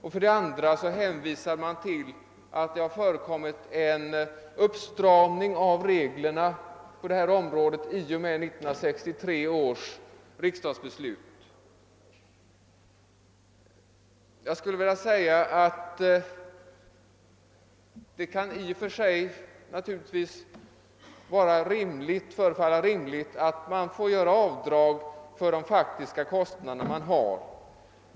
Vidare hänvisar utskottet till att det har skett en begränsning av avdragsrätten på detta område i och med 1963 års riksdagsbeslut. Jag skulle vilja säga att det naturligtvis i och för sig kan förefalla rimligt att man får göra avdrag för de faktiska kostnader man har.